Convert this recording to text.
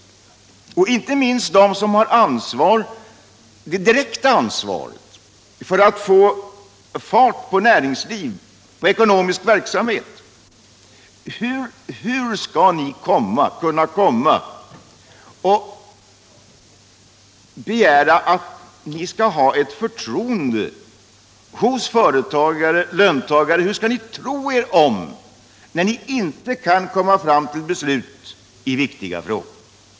Det gäller inte minst dem som har det direkta ansvaret för att få fart på näringsliv och ekonomisk verksamhet. Hur kan ni begära att företagare och löntagare skall ha förtroende för er när ni inte kan komma fram till beslut i viktiga frågor?